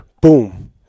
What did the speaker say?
boom